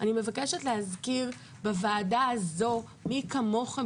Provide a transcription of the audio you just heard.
אני מבקשת להזכיר בוועדה הזאת מי כמוכם